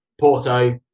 Porto